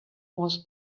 was